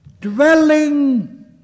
dwelling